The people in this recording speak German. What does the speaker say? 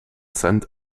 sand